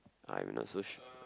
I'm not so sure